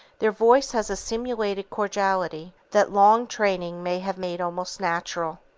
their voice has a simulated cordiality that long training may have made almost natural.